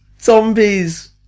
zombies